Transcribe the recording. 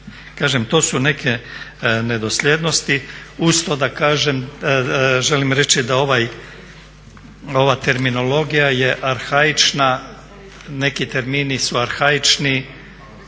Kažem, to su neke nedosljednosti. Uz to da kažem, želim reći da ova terminologija je arhaična, neki termini su arhaični